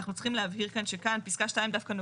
אנחנו צריכים להבהיר כאן שפסקה 2 נוגעת